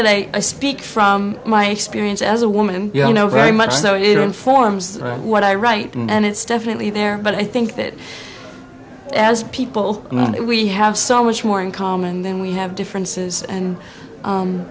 that i speak for my experience as a woman you know very much so it informs what i write and it's definitely there but i think that as people we have so much more in common than we have differences and